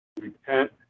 repent